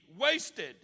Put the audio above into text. wasted